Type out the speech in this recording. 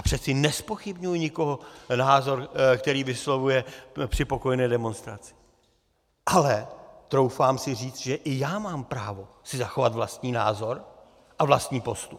Já přeci nezpochybňuji ničí názor, který vyslovuje při pokojné demonstraci, ale troufám si říct, že i já mám právo si zachovat vlastní názor a vlastní postup.